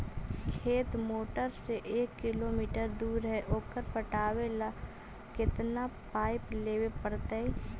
खेत मोटर से एक किलोमीटर दूर है ओकर पटाबे ल केतना पाइप लेबे पड़तै?